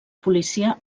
policia